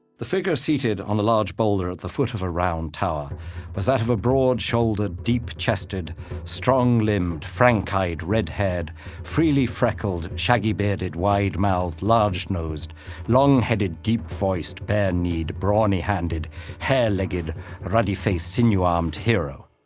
the figure seated on a large boulder at the foot of a round tower was that of a broadshouldered deepchested stronglimbed frankeyed redhaired freelyfreckled shaggybearded widemouthed largenosed longheaded deepvoiced barekneed brawnyhanded hairlegged ruddyfaced sinewyarmed hero.